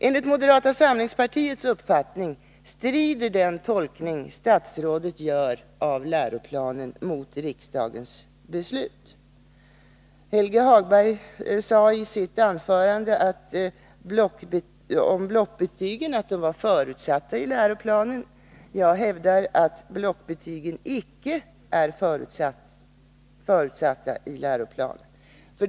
Enligt moderata samlingspartiets uppfattning strider den tolkning statsrådet gör av läroplanen mot riksdagens beslut. Helge Hagberg sade i sitt anförande att blockbetygen var förutsatta i läroplanen. Jag hävdar att blockbetygen icke är förutsatta i läroplanen.